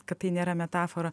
kad tai nėra metafora